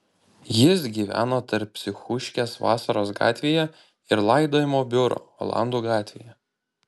jis gyveno tarp psichuškės vasaros gatvėje ir laidojimo biuro olandų gatvėje